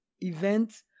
event